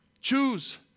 Choose